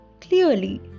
clearly